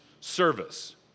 service